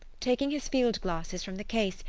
taking his field-glasses from the case,